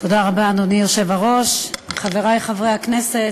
אדוני היושב-ראש, תודה רבה, חברי חברי הכנסת,